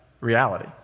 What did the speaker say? reality